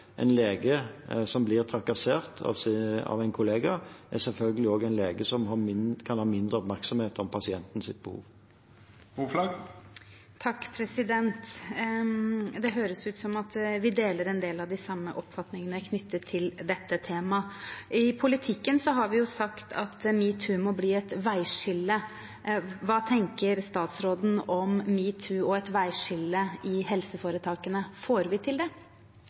en sammenheng mellom disse – en lege som blir trakassert av en kollega, er selvfølgelig også en lege som kan ha mindre oppmerksomhet på pasientens behov. Det høres ut som at vi deler en del av de samme oppfatningene knyttet til dette temaet. I politikken har vi sagt at metoo må bli et veiskille. Hva tenker statsråden om metoo og et veiskille i helseforetakene? Får vi til det?